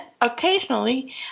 occasionally